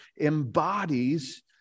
embodies